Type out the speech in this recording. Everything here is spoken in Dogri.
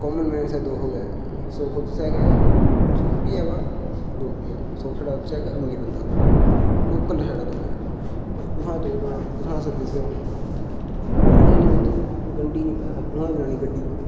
कॉमन मैन आस्तै दुख गै ऐ सुख कुसै गै ऐ सुख बी ऐ बा दुख बी ऐ सुख छड़ा उ'त्थें जेह्का अमीर बंदा लोकल नै छड़ा दुख ऐ उस कु'त्थां कु'त्थां सर्विस करानी पैसे निं गंढी निं पैसा कु'त्थां लैनी गड्डी